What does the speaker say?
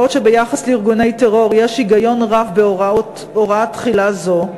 בעוד שביחס לארגוני טרור יש היגיון רב בהוראת תחילה זו,